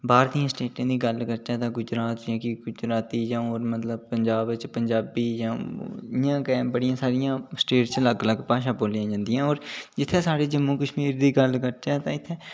बाहर दियें स्टेटें दी गल्ल करचै तां गुजरात च गुजराती पंजाब च पंजाबी होर मतलब इं'या गै बड़ी सारी स्टेट च अलग अलग भाशा बोलियां जंदियां होर इत्थै साढ़े जम्मू कश्मीर दी गल्ल करचै ते इत्थै